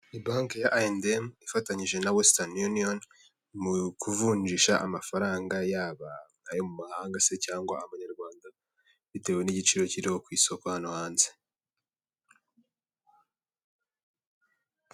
Banki ya ayendemu ifatanyije na wesitani yuniyoni mu kuvunjisha amafaranga yaba ayo mu mahanga se cyangwa abanyarwanda, bitewe n'igiciro kiriho ku isoko hano hanze.